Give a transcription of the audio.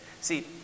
See